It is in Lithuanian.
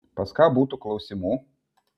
pas ką būtų klausimų